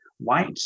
white